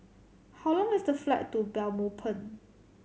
how long is the flight to Belmopan